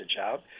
out